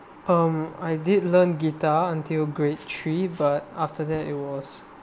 um I did learn guitar until grade three but after that it was